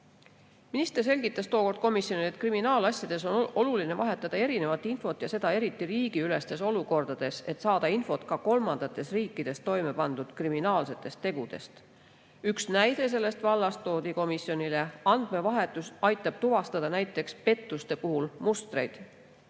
Minister selgitas tookord komisjonile, et kriminaalasjades on oluline vahetada erinevat infot ja seda eriti riigiülestes olukordades, et saada infot ka kolmandates riikides toimepandud kriminaalsete tegude kohta. Üks näide sellest vallast toodi ka komisjonile: andmevahetus aitab näiteks pettuste puhul tuvastada